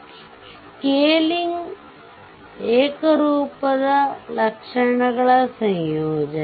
ಆದ್ದರಿಂದ ಸ್ಕೇಲಿಂಗ್ ಮತ್ತು ಸ್ವತ್ತುಗಳ ಏಕರೂಪದ ಲಕ್ಷಣಗಳ ಸಂಯೋಜನೆ